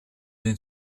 den